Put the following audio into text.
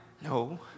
no